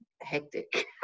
hectic